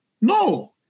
no